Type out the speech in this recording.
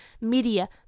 Media